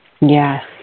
Yes